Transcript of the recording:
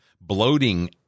bloating